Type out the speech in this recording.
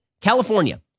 California